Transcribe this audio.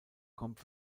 kommt